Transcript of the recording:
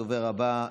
הדובר הבא,